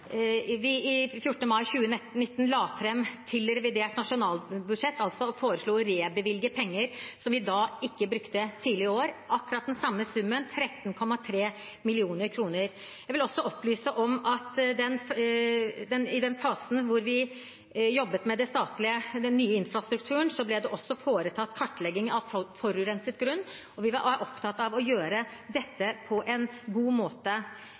vi 14. mai 2019 la fram forslag til revidert nasjonalbudsjett og altså foreslo å rebevilge penger som vi ikke brukte tidligere år, akkurat den samme summen, 13,3 mill. kr. Jeg vil også opplyse om at i den fasen hvor vi jobbet med den nye infrastrukturen, ble det foretatt kartlegging av forurenset grunn. Vi er opptatt av å gjøre dette på en god måte.